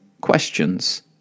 questions